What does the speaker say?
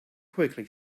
quickly